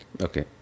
Okay